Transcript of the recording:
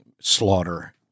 slaughter